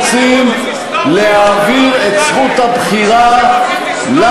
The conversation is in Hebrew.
יש מגוון דעה, הדעה של נתניהו.